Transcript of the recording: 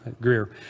Greer